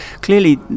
Clearly